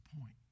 point